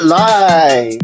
live